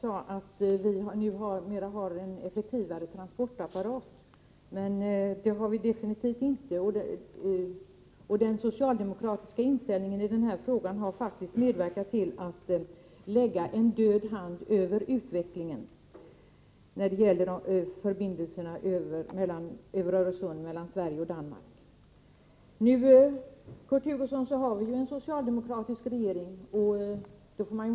Fru talman! Kurt Hugosson sade att vi nu har en effektivare transportapparat. Det har vi definitivt inte. Den socialdemokratiska inställningen i den här frågan har faktiskt medverkat till att lägga en död hand över utvecklingen när det gäller förbindelserna över Öresund. Nu har vi ju en socialdemokratisk regering, Kurt Hugosson.